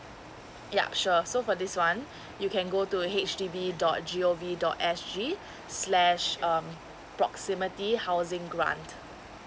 yup sure so for this one you can go to a H D B dot G O V dot S G slash um proximity housing grant